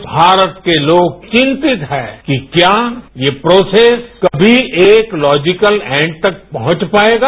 आप भारत के तोग चिंतित है कि क्या ये प्रोसेस कभी एक लॉजिकल एंड तक पहुंच पाएगा